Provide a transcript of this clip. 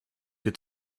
good